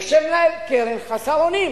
יושב מנהל קרן, חסר אונים.